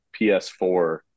PS4